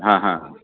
हां हां हां